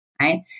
right